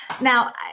Now